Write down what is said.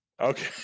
Okay